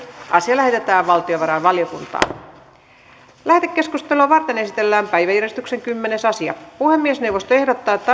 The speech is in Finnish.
asia lähetetään valtiovarainvaliokuntaan lähetekeskustelua varten esitellään päiväjärjestyksen kymmenes asia puhemiesneuvosto ehdottaa että